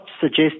suggest